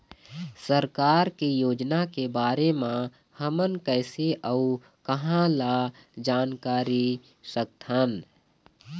सरकार के योजना के बारे म हमन कैसे अऊ कहां ल जानकारी सकथन?